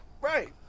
Right